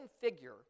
figure